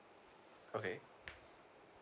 okay